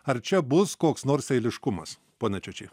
ar čia bus koks nors eiliškumas pone čiočy